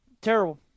Terrible